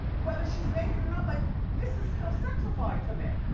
whether she's naked or not, like this is still sexified to me,